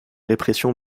répression